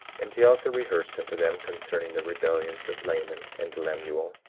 and he also rehearsed unto them concerning the rebellions of laman and lemuel,